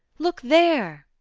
look there.